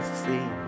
see